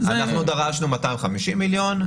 אנחנו דרשנו 250 מיליון,